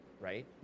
right